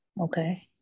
Okay